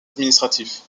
administratifs